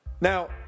Now